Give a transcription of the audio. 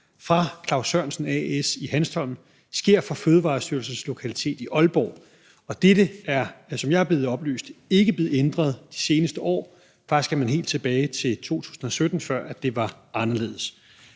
fra Claus Sørensen A/S i Hanstholm sker fra Fødevarestyrelsens lokalitet i Aalborg, og dette er, som jeg er blevet oplyst, ikke blevet ændret de seneste år. Faktisk skal man helt tilbage til 2017, før det var anderledes.